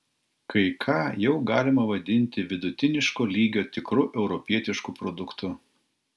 kai ką jau galima vadinti vidutiniško lygio tikru europietišku produktu